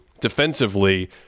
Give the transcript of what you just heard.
defensively